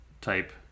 type